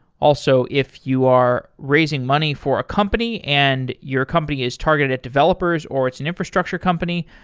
also, if you are raising money for a company and your company is targeted at developers or it's an infrastructure company,